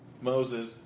Moses